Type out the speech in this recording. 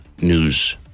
News